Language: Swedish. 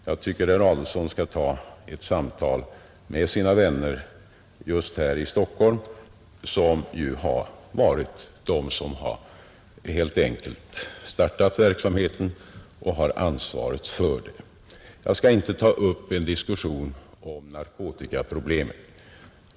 Jag tycker att herr Adolfsson skall ta ett samtal med sina vänner just här i Stockholm, som ju är de som har startat verksamheten och har ansvaret för den. Jag skall inte ta upp en diskussion om narkotikaproblemet.